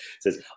says